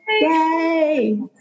Yay